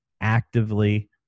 actively